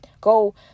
go